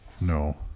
No